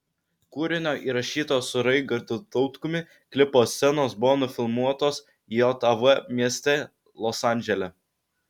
kūrinio įrašyto su raigardu tautkumi klipo scenos buvo nufilmuotos jav mieste los andžele